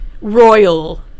royal